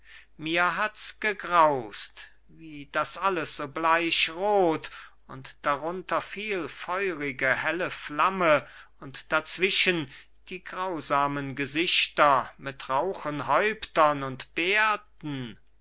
mir hat's gegraust wie das alles so bleichrot und darunter viel feurige helle flamme und dazwischen die grausamen gesichter mit rauchen häuptern und bärten